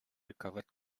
recovered